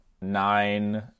nine